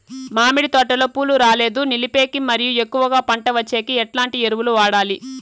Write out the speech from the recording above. మామిడి తోటలో పూలు రాలేదు నిలిపేకి మరియు ఎక్కువగా పంట వచ్చేకి ఎట్లాంటి ఎరువులు వాడాలి?